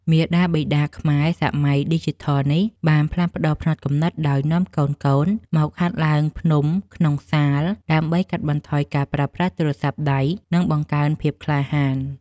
មាតាបិតាខ្មែរនាសម័យឌីជីថលនេះ បានផ្លាស់ប្តូរផ្នត់គំនិតដោយនាំកូនៗមកហាត់ឡើងភ្នំក្នុងសាល ដើម្បីកាត់បន្ថយការប្រើប្រាស់ទូរស័ព្ទដៃ និងបង្កើនភាពក្លាហាន។